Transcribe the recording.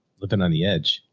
living on the edge.